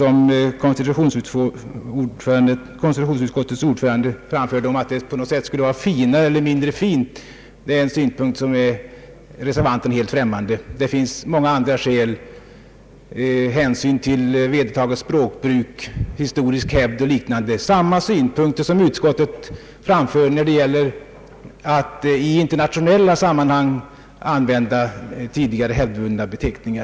Konstitutionsutskottets ordförande framförde synpunkter på att det skulle vara finare eller mindre fint, men detta är reservanterna helt främmande. Det finns många andra skäl: hänsyn till vedertaget språkbruk, historisk hävd och liknande, samma synpunkter som utskottet framför när det gäller att i innationella sammanhang använda tidigare hävdvunna beteckningar.